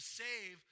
save